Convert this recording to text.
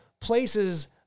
places